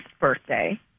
birthday